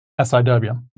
SIW